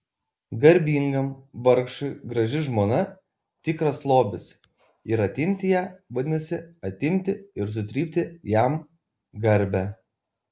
garbingam vargšui graži žmona tikras lobis ir atimti ją vadinasi atimti ir sutrypti jam garbę